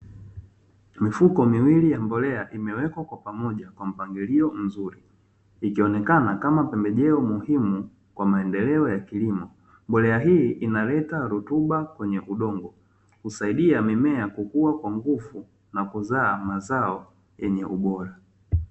Mifuko miwili ya mbolea imewekwa kwa pamoja kwa mpangilio mzuri. Ikionekana kama pembejeo muhimu kwa maendeleo ya kilimo. Mbolea hii inaleta rutuba kwenye udongo, husaidia mimea kukua kwa nguvu na kuzaa mazao yenye ubora.